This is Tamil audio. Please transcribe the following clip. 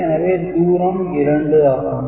எனவே தூரம் ௨ ஆகும்